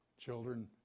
Children